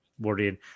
worrying